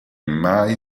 mai